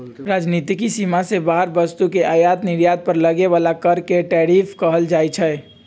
राजनीतिक सीमा से बाहर वस्तु के आयात निर्यात पर लगे बला कर के टैरिफ कहल जाइ छइ